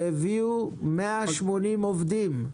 שהביאו 180 עובדים.